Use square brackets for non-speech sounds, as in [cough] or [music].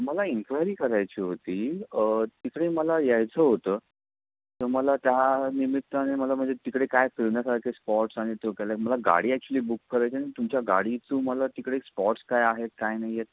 मला इनक्वायरी करायची होती तिकडे मला यायचं होतं तर मला त्या निमित्ताने मला म्हणजे तिकडे काय फिरण्यासारखे स्पॉट्स आणि तो [unintelligible] मला गाडी अॅक्चुली बुक करायची आणि तुमच्या गाडीचू मला तिकडे स्पॉट्स काय आहेत काय नाही आहेत